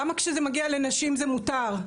למה כשזה מגיע לנשים זה מותר?